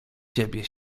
ciebie